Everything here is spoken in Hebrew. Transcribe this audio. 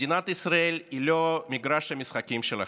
מדינת ישראל היא לא מגרש המשחקים שלכם.